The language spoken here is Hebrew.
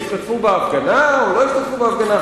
האם השתתפו בהפגנה או לא השתתפו בהפגנה.